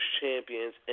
champions